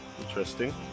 Interesting